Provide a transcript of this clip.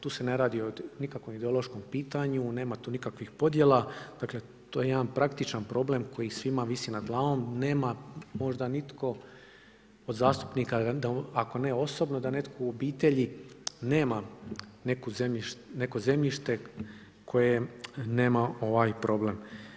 Tu se ne radi o nikakvom ideološkom pitanju, nema tu nikakvih podjela, to je jedan praktičan problem koji svima visi nad glavom, nema možda nitko od zastupnika ako ne osobno da netko u obitelji nema neko zemljište koje nema ovaj problem.